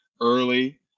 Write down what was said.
early